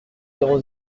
zéro